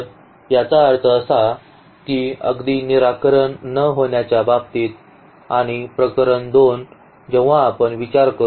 तर याचा अर्थ असा आहे की अगदी निराकरण न होण्याच्या बाबतीत आणि प्रकरण 2 जेव्हा आपण विचार करू